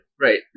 right